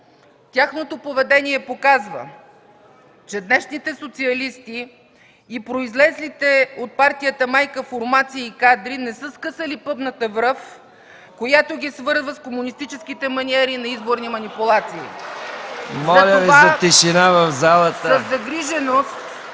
„Тяхното поведение показва, че днешните социалисти и произлезлите от партията майка формации и кадри не са скъсали пъпната връв, която ги свързва с комунистическите маниери на изборни манипулации.” (Ръкопляскания от